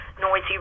noisy